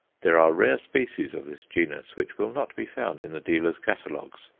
there are rare species of this genus which will not be found in the dealers' catalogues,